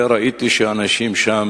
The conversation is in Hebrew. ראיתי שאנשים שהיו שם,